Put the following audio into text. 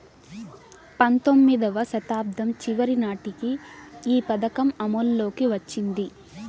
పంతొమ్మిదివ శతాబ్దం చివరి నాటికి ఈ పథకం అమల్లోకి వచ్చింది